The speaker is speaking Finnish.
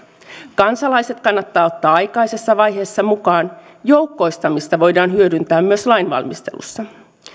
kansalaiset kannattaa ottaa aikaisessa vaiheessa mukaan joukkoistamista voidaan hyödyntää myös lainvalmistelussa